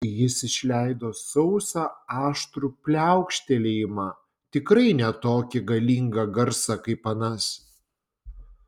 jis išleido sausą aštrų pliaukštelėjimą tikrai ne tokį galingą garsą kaip anas